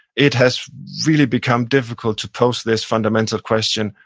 it has really become difficult to pose this fundamental question,